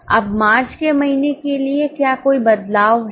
अब मार्च के महीने के लिए क्या कोई बदलाव है